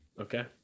Okay